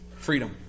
Freedom